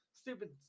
Stupid